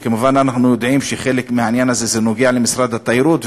שכמובן אנחנו יודעים שחלק מהעניין הזה נוגע למשרד התיירות,